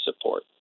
support